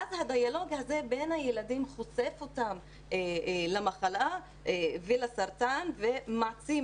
ואז הדיאלוג בין הילדים חושף אותם למחלה ולסרטן ומעצים